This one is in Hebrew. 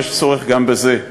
יש צורך גם בזה.